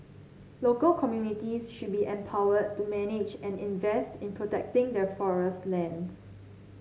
local communities should be empowered to manage and invest in protecting their forest lands